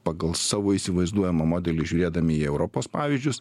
pagal savo įsivaizduojamą modelį žiūrėdami į europos pavyzdžius